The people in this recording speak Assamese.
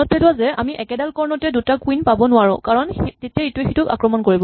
মনত পেলোৱা যে আমি একেডাল কৰ্ণতে দুটা কুইন পাব নোৱাৰো কাৰণ তেতিয়া ইটোৱে সিটোক আক্ৰমণ কৰিব